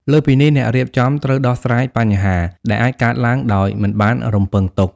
លើសពីនេះ អ្នករៀបចំត្រូវដោះស្រាយបញ្ហាដែលអាចកើតឡើងដោយមិនបានរំពឹងទុក។